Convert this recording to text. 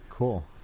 Cool